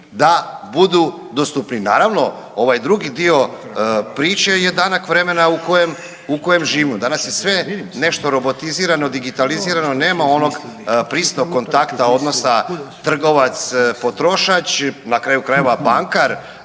da budu dostupni. Naravno ovaj drugi dio priče je danak vremena u kojem živimo. Danas je sve nešto robotizirano, digitalizirano, nema onog prisnog kontakta odnosa trgovac – potrošač, na kraju krajeva bankar